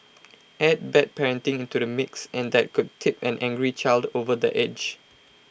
add bad parenting into the mix and that could tip an angry child over the edge